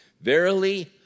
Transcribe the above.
Verily